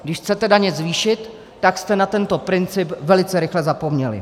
Když chcete daně zvýšit, tak jste na tento princip velice rychle zapomněli.